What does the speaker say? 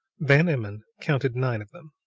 van emmon counted nine of them.